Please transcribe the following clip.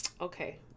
Okay